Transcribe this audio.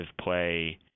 play